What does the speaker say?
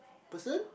person